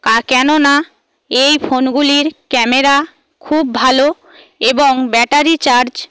কেননা এই ফোনগুলির ক্যামেরা খুব ভালো এবং ব্যাটারি চার্জ